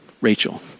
Rachel